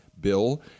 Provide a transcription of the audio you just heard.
bill